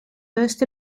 first